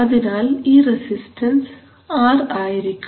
അതിനാൽ ഈ resistance R ആയിരിക്കും